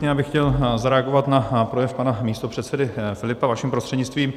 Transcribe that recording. Já bych chtěl zareagovat na projev pana místopředsedy Filipa vaším prostřednictvím.